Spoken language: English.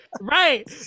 right